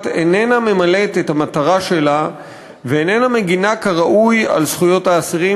איננה ממלאת את המטרה שלה ואיננה מגינה כראוי על זכויות האסירים,